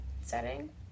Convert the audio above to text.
setting